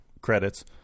Credits